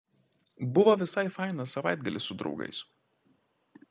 buvo visai fainas savaitgalis su draugais